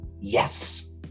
yes